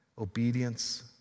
obedience